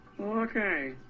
Okay